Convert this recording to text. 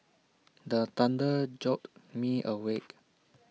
the thunder jolt me awake